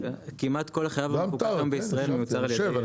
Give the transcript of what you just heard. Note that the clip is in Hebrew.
כמעט כל החלב המפוקח היום בישראל מיוצר על ידי טרה.